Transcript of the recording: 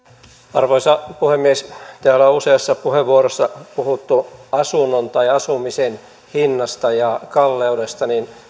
arvoisa puhemies täällä on useassa puheenvuorossa puhuttu asunnon tai asumisen hinnasta ja kalleudesta mutta ne